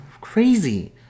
crazy